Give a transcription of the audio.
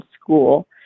school